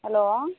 hello